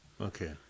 Okay